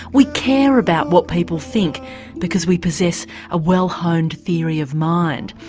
we care about what people think because we possess a well-honed theory of mind.